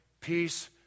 peace